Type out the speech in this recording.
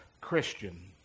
Christian